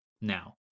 now